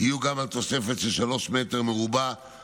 יהיו גם על תוספת של שלושה מ"ר נוספים,